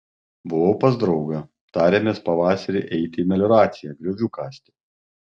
buvau pas draugą tarėmės pavasarį eiti į melioraciją griovių kasti